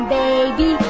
baby